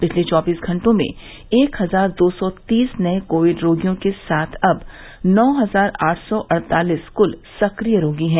पिछले चौबीस घंटों में एक हजार दो सौ तीस नए कोविड रोगियों के साथ अब नौ हजार आठ सौ अड़तालीस कुल सक्रिय रोगी हैं